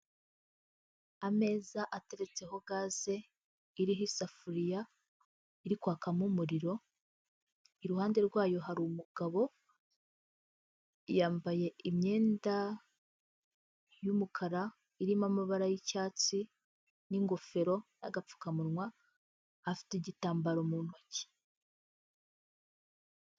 Ameza ateretseho gaze iriho isafuriya, iri kwakamo umuriro, iruhande rwayo hari umugabo, yambaye imyenda y'umukara irimo amabara y'icyatsi, n'ingofero, n'agapfukamunwa, afite igitambaro mu ntoki.